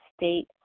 state